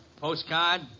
Postcard